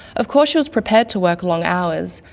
of course she was prepared to work long hours,